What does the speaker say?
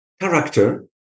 character